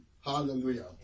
Hallelujah